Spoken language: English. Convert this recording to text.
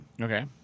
Okay